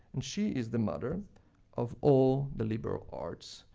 and she is the mother of all the liberal arts,